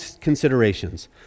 considerations